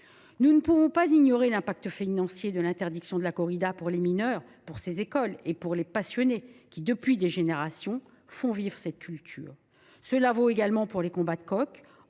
Nous ne pouvons pas ignorer l’impact financier de l’interdiction de la corrida aux mineurs pour ces écoles et pour les passionnés qui, depuis des générations, font vivre cette culture. Cela vaut également pour les combats de coqs,